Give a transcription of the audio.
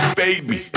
baby